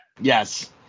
Yes